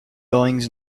goings